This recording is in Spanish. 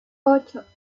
ocho